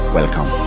welcome